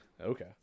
Okay